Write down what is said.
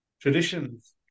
traditions